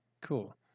cool